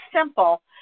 simple